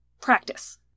practice